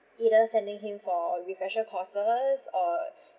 either sending him for refresher courses or